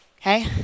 Okay